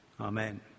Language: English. Amen